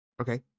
Okay